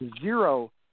zero